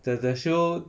the the show